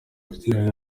fitina